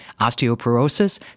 osteoporosis